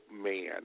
man